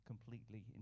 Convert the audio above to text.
completely